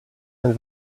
and